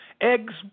Eggs